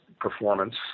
performance